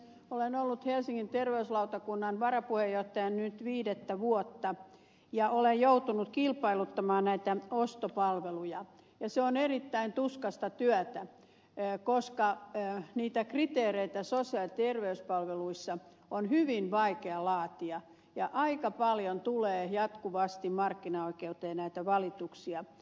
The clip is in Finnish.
olen ollut helsingin terveyslautakunnan varapuheenjohtaja nyt viidettä vuotta ja olen joutunut kilpailuttamaan näitä ostopalveluja ja se on erittäin tuskaista työtä koska niitä kriteereitä sosiaali ja terveyspalveluissa on hyvin vaikea laatia ja aika paljon tulee jatkuvasti markkinaoikeuteen näitä valituksia